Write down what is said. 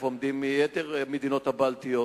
איפה עומדות יתר המדינות הבלטיות?